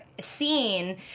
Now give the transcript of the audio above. Scene